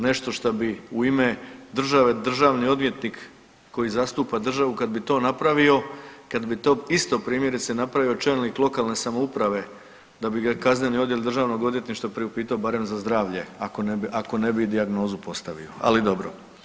Nešto šta bi u ime države državni odvjetnik koji zastupa državu kad bi to napravio, kad bi to isto primjerice napravio čelnik lokalne samouprave da bi ga kaznili odjel državnog odvjetništva priupitao barem za zdravlje, ako ne bi i dijagnozu postavio, ali dobro.